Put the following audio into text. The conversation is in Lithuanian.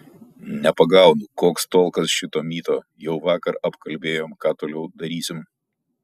nepagaunu koks tolkas šito myto jau vakar apkalbėjom ką toliau darysim